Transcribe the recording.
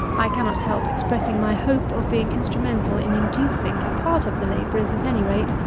i cannot help expressing my hope of being instrumental in inducing a part of the labourers, at any rate,